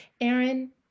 Aaron